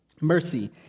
mercy